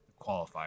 qualifier